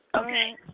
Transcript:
Okay